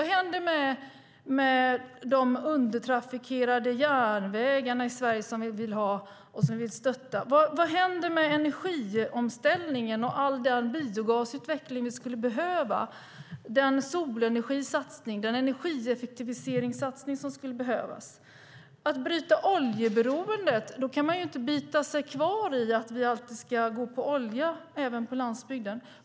Vad händer med de undertrafikerade järnvägarna i Sverige, som vi vill ha och som vi vill stötta? Vad händer med energiomställningen och all den biogasutveckling vi skulle behöva? Vad händer med den solenergisatsning och den energieffektiviseringssatsning som skulle behövas? För att bryta oljeberoendet kan man inte bita sig kvar i att vi alltid ska gå på olja även på landsbygden.